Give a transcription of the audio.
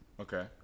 Okay